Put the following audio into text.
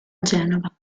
genova